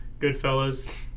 Goodfellas